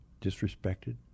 disrespected